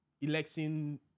election